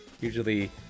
Usually